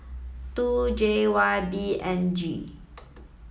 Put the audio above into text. two J Y B N G